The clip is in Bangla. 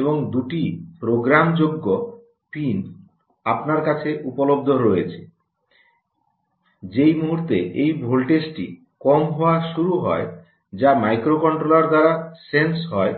এবং দুটি প্রোগ্রামযোগ্য পিন আপনাদের কাছে উপলব্ধ রয়েছে যেই মুহুর্তে এই ভোল্টেজটি কম হওয়া শুরু হয় যা মাইক্রোকন্ট্রোলার দ্বারা সেন্স হয়